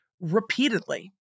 repeatedly